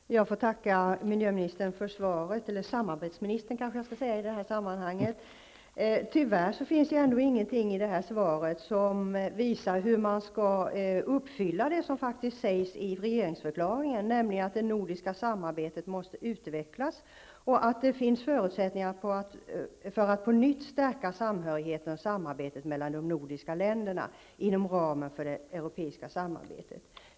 Herr talman! Jag får tacka miljöministern -- eller kanske jag i detta sammanhang skall säga ''samarbetsministern'' -- för svaret. Tyvärr finns det ändå ingenting i svaret som visar hur man skall uppfylla det som faktiskt sägs i regeringsförklaringen, nämligen att det nordiska samarbetet måste utvecklas och att det finns förutsättningar för att på nytt stärka samhörigheten och samarbetet mellan de nordiska länderna inom ramen för det europeiska samarbetet.